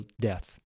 death